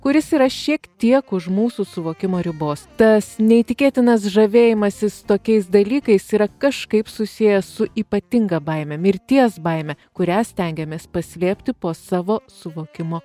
kuris yra šiek tiek už mūsų suvokimo ribos tas neįtikėtinas žavėjimasis tokiais dalykais yra kažkaip susijęs su ypatinga baime mirties baime kurią stengiamės paslėpti po savo suvokimo